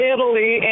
Italy